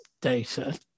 data